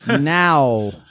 Now